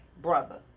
brother